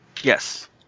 Yes